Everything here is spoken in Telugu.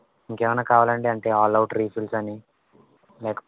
ఇంకేవైన కావాలా అండి అంటే అల్ అవుట్ రిఫెల్స్ కానీ లేకపోతే